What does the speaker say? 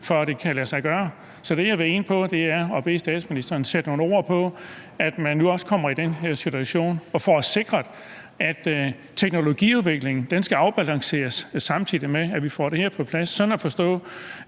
for at det kan lade sig gøre. Så det, jeg vil ind på, er at bede statsministeren sætte nogle ord på, at man nu også kommer i den her situation og får sikret, at teknologiudviklingen skal afbalanceres, samtidig med at vi får det her på plads, sådan at forstå,